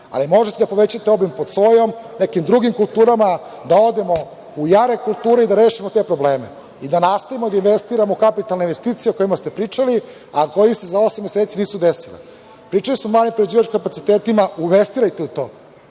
ali možete da povećate obim pod sojom, nekim drugim kulturama, da odemo u jare kulture i da rešimo te probleme i da nastavimo da investiramo kapitalne investicije o kojima ste pričali a koje se za osam meseci nisu desile. Pričali smo malopre o prerađivačkim kapacitetima, investirajte u to.